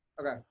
okay